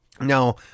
Now